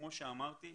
כמו שאמרתי,